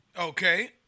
Okay